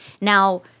Now